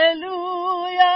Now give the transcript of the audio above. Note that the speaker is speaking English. Hallelujah